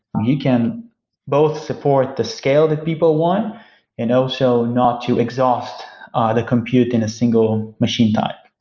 you can both support the scale that people want and also not to exhaust ah the compute in a single machine type.